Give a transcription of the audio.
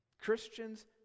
Christians